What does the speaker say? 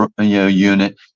unit